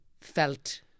felt